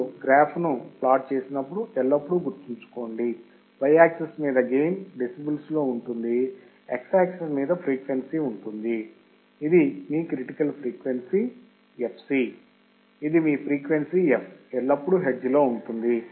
మీరు గ్రాఫ్ను ప్లాట్ చేసినప్పుడు ఎల్లప్పుడూ గుర్తుంచుకోండి Y యాక్సిస్ మీద గెయిన్ డెసిబెల్స్లో ఉంటుంది X యాక్సిస్ మీద ఫ్రీక్వెన్సీ ఉంటుంది ఇది మీ క్రిటికల్ ఫ్రీక్వెన్సీ fc ఇది మీ ఫ్రీక్వెన్సీ f ఎల్లప్పుడూ హెర్ట్జ్లో ఉంటుంది